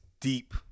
deep